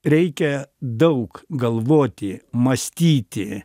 reikia daug galvoti mąstyti